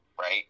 Right